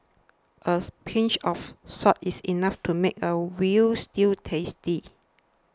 a pinch of salt is enough to make a Veal Stew tasty